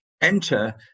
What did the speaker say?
enter